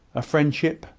a friendship,